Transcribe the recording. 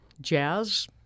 jazz